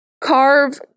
carve